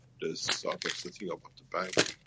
the start of setting up of the bank,